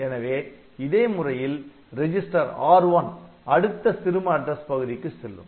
எனவே இதே முறையில் ரெஜிஸ்டர் R1 அடுத்த சிறும அட்ரஸ் பகுதிக்கு செல்லும்